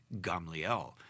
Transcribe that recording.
Gamliel